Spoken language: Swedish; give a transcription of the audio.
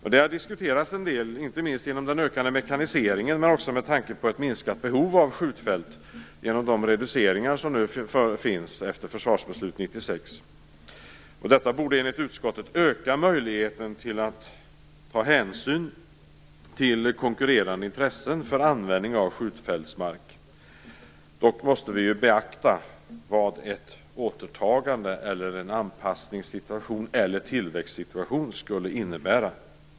Detta har diskuterats en del, inte minst genom den ökande mekaniseringen men också med tanke på ett minskat behov av skjutfält genom reduceringarna efter försvarsbeslutet 1996. Detta borde enligt utskottet "öka möjligheten till att ta hänsyn till konkurrerande intressen för användning av skjutfältsmark". Dock måste vi beakta vad ett återtagande, en anpassningssituation eller en tillväxtsituation skulle innebära.